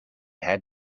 had